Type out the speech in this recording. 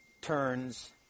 turns